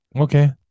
Okay